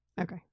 okay